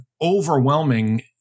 overwhelming